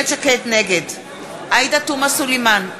נגד עאידה תומא סלימאן,